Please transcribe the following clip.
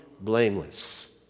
blameless